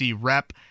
rep